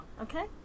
okay